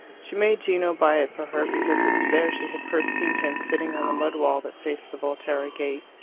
she made gino buy it for her, because it was there she had first seen him sitting on the mud wall that faced the volterra gate.